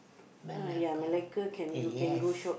Malacca hey yes